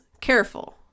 careful